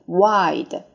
wide